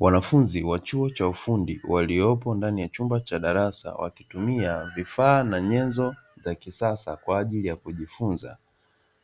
Wanafunzi wa chuo cha ufundi waliopo ndani ya chumba cha darasa wakitumia vifaa na nyenzo za kisasa kwajili ya kujifunza